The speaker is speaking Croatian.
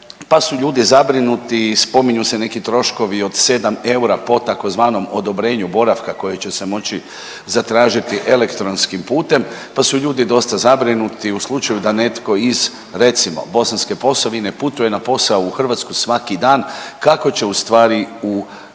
pa su ljudi zabrinuti i spominju se neki troškovi od 7 eura po tzv. odobrenju boravka koje će se moći zatražiti elektronskim putem pa su ljudi dosta zabrinuti u slučaju da netko iz recimo iz Bosanske Posavine putuje na posao u Hrvatsku svaki dan kako će u stvari u tehničkom